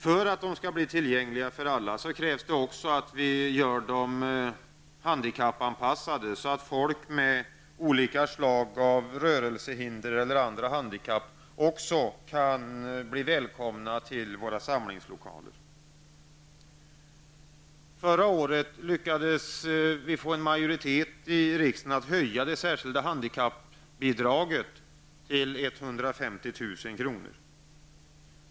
För att de skall det krävs det också att vi gör dem handikappanpassade, så att även människor med olika slag av rörelsehinder eller andra handikapp kan bli välkomna till våra samlingslokaler. Förra året lyckades vi få en majoritet i riksdagen att höja det särskilda handikappbidraget till 150 000 kr.